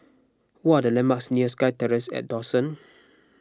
what are the landmarks near SkyTerrace at Dawson